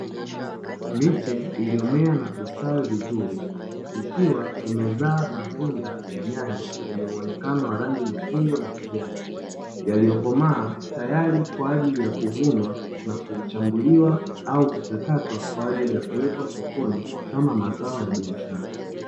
Miche iliyomea na kustawi vizuri ikiwa imezaa matunda ya nyanya yenye muonekano wa rangi nyekundu na kijani. Yaliokomaa tayari kwa ajili ya kuvunwa na kuchambuliwa au kuchakatwa kwa ajili ya kuwekwa sokoni, kama mazao ya biashara.